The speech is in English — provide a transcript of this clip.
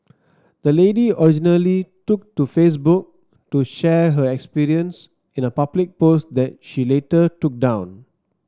the lady originally took to Facebook to share her experience in a public post that she later took down